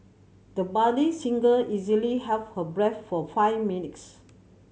the budding singer easily held her breath for five minutes